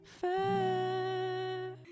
fair